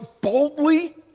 boldly